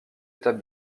étape